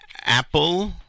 Apple